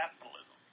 capitalism